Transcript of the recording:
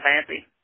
fancy